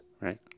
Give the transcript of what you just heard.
right